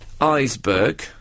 Iceberg